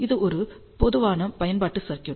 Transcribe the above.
இது ஒரு பொதுவான பயன்பாட்டு சர்க்யூட்